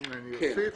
אני אוסיף